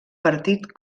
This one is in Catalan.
partit